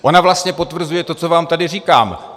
Ona vlastně potvrzuje to, co vám tady říkám.